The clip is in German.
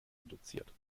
induziert